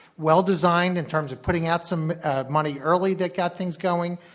well-designed in terms of putting out some money early that got things going.